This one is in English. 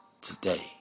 today